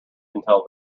until